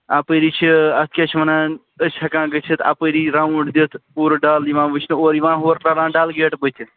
اَپٲری چھِ اَتھ کیٛاہ چھِ وَنان أسۍ ہٮ۪کان گٔژھِتھ اَپٲری راوُنٛڈ دِتھ پوٗرٕ ڈَل یِوان وُچھنہٕ اورٕ یِوان ہورٕ تران ڈَل گیٹ بٔتھِ